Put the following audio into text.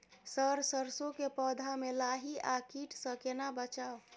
Sir सरसो के पौधा में लाही आ कीट स केना बचाऊ?